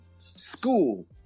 school